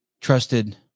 trusted